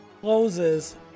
closes